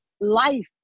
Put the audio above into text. Life